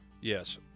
yes